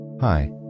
Hi